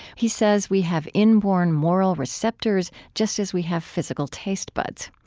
he says we have inborn moral receptors, just as we have physical taste buds.